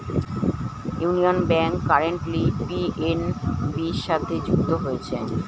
union bank currently PNB সাথে যুক্ত হয়েছে